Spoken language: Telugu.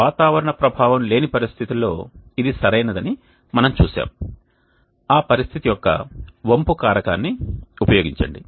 వాతావరణ ప్రభావం లేని పరిస్థితులలో ఇది సరైనదని మనము చూశాము ఆ పరిస్థితి యొక్క వంపు కారకాన్ని ఉపయోగించండి